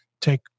take